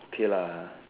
okay lah